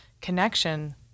Connection